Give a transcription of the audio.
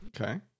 okay